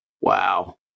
Wow